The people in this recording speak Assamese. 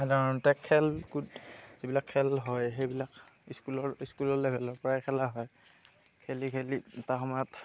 সাধাৰণতে খেল কুদ যিবিলাক খেল হয় সেইবিলাক স্কুলৰ লেভেলৰ পৰাই খেলা হয় খেলি খেলি এটা সময়ত